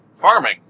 farming